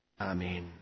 Amen